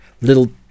little